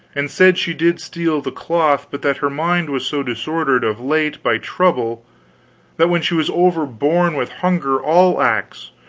and said she did steal the cloth, but that her mind was so disordered of late by trouble that when she was overborne with hunger all acts,